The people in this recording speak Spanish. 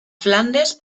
flandes